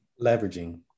leveraging